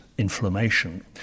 inflammation